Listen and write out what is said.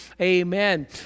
amen